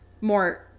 more